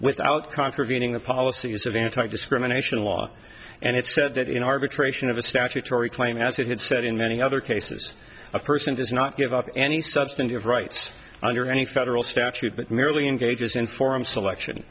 without contravening the policies of anti discrimination law and it said that in arbitration of a statutory claim as he had said in many other cases a person does not give up any substantive rights under any federal statute but merely engages in forum selection